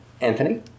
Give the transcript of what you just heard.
Anthony